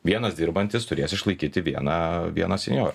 vienas dirbantis turės išlaikyti vieną vieną senjorą